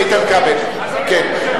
איתן כבל, "כן".